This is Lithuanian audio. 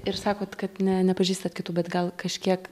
ir sakot kad ne nepažįstat kitų bet gal kažkiek